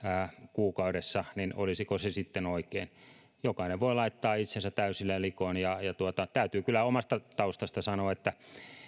kuukaudessa niin olisiko se sitten oikein jokainen voi laittaa itsensä täysillä likoon täytyy kyllä omasta taustastani sanoa että